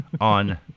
on